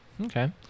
Okay